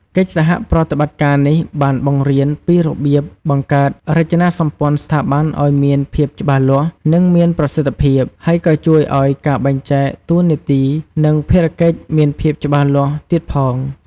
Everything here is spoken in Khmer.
កិច្ចសហប្រតិបត្តិការនេះ បានបង្រៀនពីរបៀបបង្កើតរចនាសម្ព័ន្ធស្ថាប័នឲ្យមានភាពច្បាស់លាស់ និងមានប្រសិទ្ធភាព ហើយក៏ជួយឲ្យការបែងចែកតួនាទី និងភារកិច្ចមានភាពច្បាស់លាស់ទៀតផង។